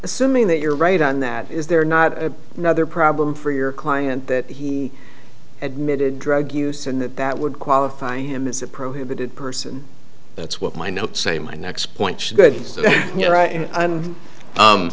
assuming that you're right on that is there not a nother problem for your client that he admitted drug use in that that would qualify him as a prohibited person that's what my notes say my next point should good